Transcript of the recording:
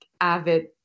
avid